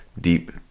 deep